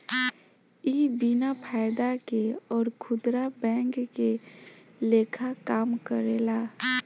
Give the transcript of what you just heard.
इ बिन फायदा के अउर खुदरा बैंक के लेखा काम करेला